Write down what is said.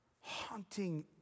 haunting